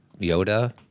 Yoda